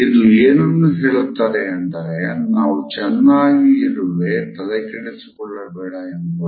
ಇದು ಏನನ್ನು ಹೇಳುತ್ತದೆ ಅಂದರೆ ನಾನು ಚೆನ್ನಾಗಿ ಇರುವೆ ತಲೆ ಕೆಡಸಿಕೊಳ್ಳಬೇಡ ಎಂಬುದು